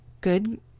good